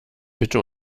bitte